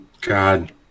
God